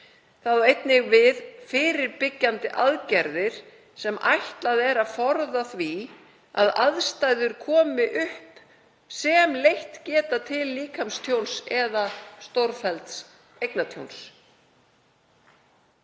á einnig við fyrirbyggjandi aðgerðir sem ætlað er að forða því að aðstæður komi upp sem leitt geta til líkamstjóns eða stórfellds eignatjóns.